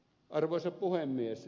arvoisa puhemies